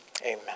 Amen